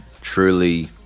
truly